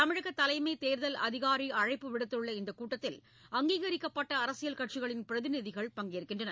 தமிழக தலைமை தேர்தல் அதிகாரி அழைப்பு விடுத்துள்ள இந்த கூட்டத்தில் அங்கீகரிக்கப்பட்ட அரசியல் கட்சிகளின் பிரதிநிதிகள் பங்கேற்கின்றனர்